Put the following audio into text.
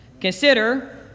Consider